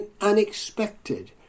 unexpected